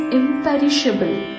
imperishable